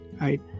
right